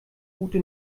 ute